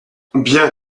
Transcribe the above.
bien